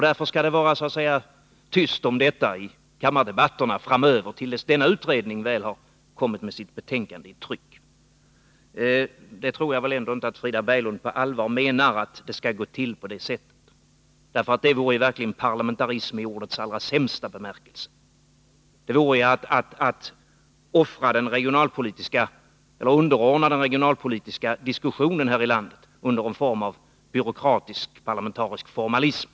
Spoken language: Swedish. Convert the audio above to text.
Därför skall det vara tyst om detta i kammardebatterna, tills denna utredning väl har kommit med sitt betänkande i tryck. Jag tror inte att Frida Berglund på allvar menar att det skall gå till på det sättet. Det vore verkligen parlamentarism i ordets allra sämsta bemärkelse, det vore att underordna den regionalpolitiska diskussionen här i landet under en form av byråkratisk parlamentarisk formalism.